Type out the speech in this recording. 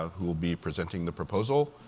who will be presenting the proposal.